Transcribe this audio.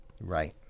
Right